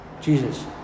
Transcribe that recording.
Jesus